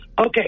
Okay